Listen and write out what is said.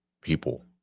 people